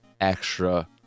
extra